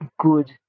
good